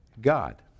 God